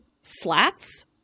slats